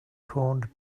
corned